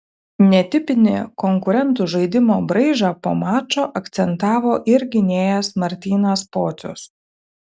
netipinį konkurentų žaidimo braižą po mačo akcentavo ir gynėjas martynas pocius